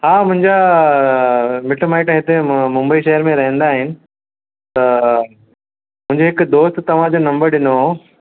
हा मुंहिंजा मिटु माइटु हिते मु मुंबई शहिर में रहंदा आहिनि त मुंहिंजे हिकु दोस्त तव्हांजो नंबर ॾिनो हो